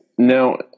Now